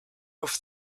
have